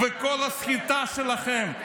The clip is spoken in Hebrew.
וכל הסחיטה שלכם,